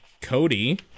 Cody